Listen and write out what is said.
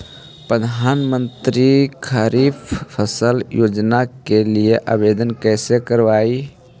प्रधानमंत्री खारिफ फ़सल योजना के लिए आवेदन कैसे करबइ?